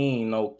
no